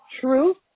truth